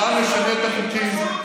והעם ישנה את החוקים,